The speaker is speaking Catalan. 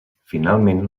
finalment